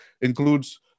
includes